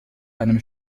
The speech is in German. einem